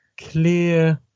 clear